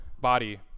body